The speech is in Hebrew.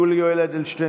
יולי יואל אדלשטיין,